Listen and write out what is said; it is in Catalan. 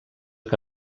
que